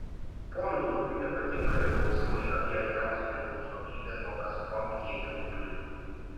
ponui lubiui nepatinka ir klausimai apie achemos priklausomybę nuo gazprom tiekiamų dujų